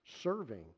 serving